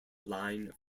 line